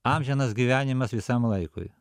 amžinas gyvenimas visam laikui